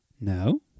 No